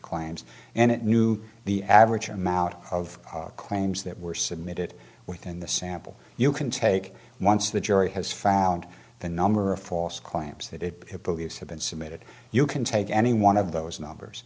claims and it knew the average amount of claims that were submitted within the sample you can take once the jury has found the number of false claims that it believes have been submitted you can take any one of those numbers